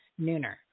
nooner